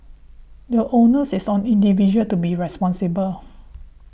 the onus is on individuals to be responsible